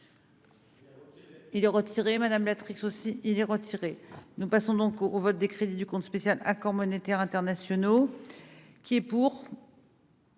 Il est retiré, madame, aussi il est retiré, nous passons donc au au vote des crédits du compte spécial Accords monétaires internationaux qui est pour.